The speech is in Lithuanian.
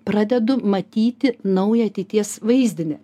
pradedu matyti naują ateities vaizdinį